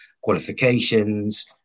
qualifications